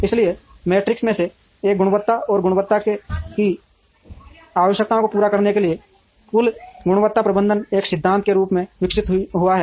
इसलिए मैट्रिक्स में से एक गुणवत्ता है और गुणवत्ता की आवश्यकताओं को पूरा करने के लिए कुल गुणवत्ता प्रबंधन एक पद्धति के रूप में विकसित हुआ है